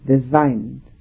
designed